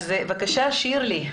בבקשה, שירלי.